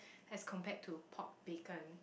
as compared to pork bacon